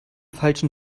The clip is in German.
falschen